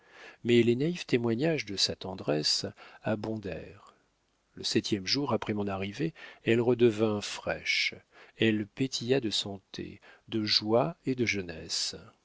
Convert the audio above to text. mais les naïfs témoignages de sa tendresse abondèrent le septième jour après mon arrivée elle redevint fraîche elle pétilla de santé de joie et de jeunesse